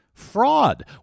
Fraud